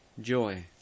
joy